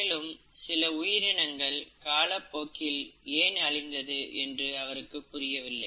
மேலும் சில உயிரினங்கள் காலப் போக்கில் அழிந்தது என்றும் அவருக்கு புரியவில்லை